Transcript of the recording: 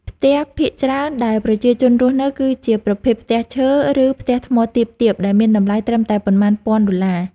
ផ្ទះភាគច្រើនដែលប្រជាជនរស់នៅ គឺជាប្រភេទផ្ទះឈើ ឬផ្ទះថ្មទាបៗដែលមានតម្លៃត្រឹមតែប៉ុន្មានពាន់ដុល្លារ។